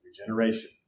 Regeneration